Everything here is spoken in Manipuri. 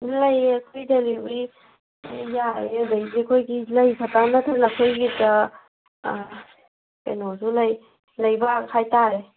ꯂꯩ ꯑꯩꯈꯣꯏ ꯗꯤꯂꯤꯕꯔꯤ ꯌꯥꯏꯌꯦ ꯑꯗꯩꯗꯤ ꯑꯩꯈꯣꯏꯒꯤ ꯂꯩ ꯈꯛꯇꯪ ꯅꯠꯇꯅ ꯑꯩꯈꯣꯏꯒꯤ ꯀꯩꯅꯣꯁꯨ ꯂꯩ ꯂꯩꯕꯥꯛ ꯍꯥꯏꯇꯔꯦ